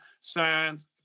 signs